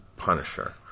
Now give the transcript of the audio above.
Punisher